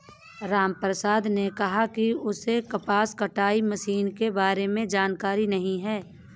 रामप्रसाद ने कहा कि उसे कपास कटाई मशीन के बारे में जानकारी नहीं है